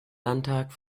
landtag